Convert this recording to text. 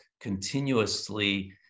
continuously